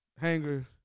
hangar